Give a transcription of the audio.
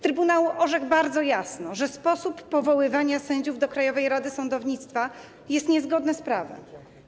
Trybunał orzekł bardzo jasno, że sposób powoływania sędziów do Krajowej Rady Sądownictwa jest niezgodny z prawem.